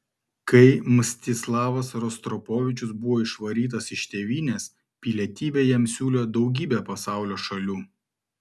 kai mstislavas rostropovičius buvo išvarytas iš tėvynės pilietybę jam siūlė daugybė pasaulio šalių